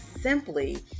simply